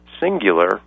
singular